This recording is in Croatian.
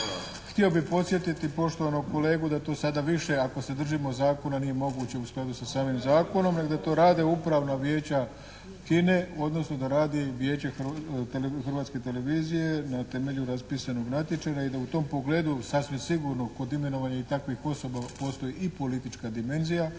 Htio bih podsjetiti poštovanog kolegu da to sada više ako se držimo zakona nije moguće u skladu sa samim zakonom nego da to rade upravna vijeća HINA-e odnosno da radi Vijeće Hrvatske televizije na temelju raspisanog natječaja i da u tom pogledu sasvim sigurno kod imenovanja i takvih osoba postoji i politička dimenzija